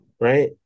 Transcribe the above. Right